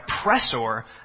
oppressor